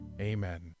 Amen